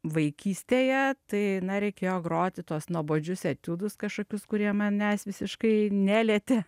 vaikystėje tai reikėjo groti tuos nuobodžius etiudus kažkokius kurie manęs visiškai nelietė